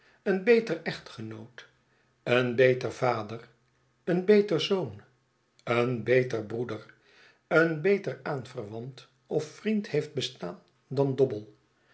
een beter echtgenoot een beter vader een beter zoon een beter broeder een beter aanverwant of vriend heeft bestaan dan dobble